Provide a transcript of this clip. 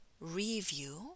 review